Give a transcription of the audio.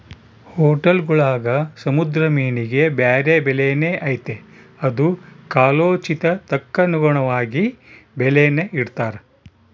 ಹೊಟೇಲ್ಗುಳಾಗ ಸಮುದ್ರ ಮೀನಿಗೆ ಬ್ಯಾರೆ ಬೆಲೆನೇ ಐತೆ ಅದು ಕಾಲೋಚಿತಕ್ಕನುಗುಣವಾಗಿ ಬೆಲೇನ ಇಡ್ತಾರ